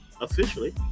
officially